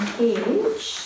page